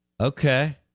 Okay